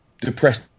depressed